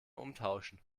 umtauschen